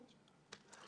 כשיצאנו לדרך,